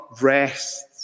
rests